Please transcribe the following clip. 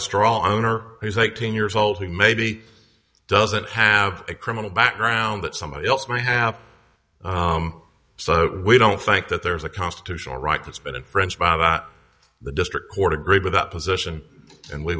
a strong owner who's eighteen years old who maybe doesn't have a criminal background that somebody else we have so we don't think that there's a constitutional right that's been infringed by that the district court agreed with that position and we